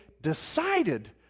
decided